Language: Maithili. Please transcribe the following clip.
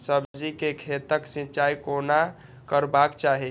सब्जी के खेतक सिंचाई कोना करबाक चाहि?